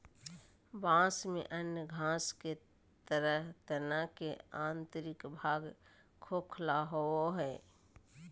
बाँस में अन्य घास के तरह तना के आंतरिक भाग खोखला होबो हइ